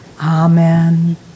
Amen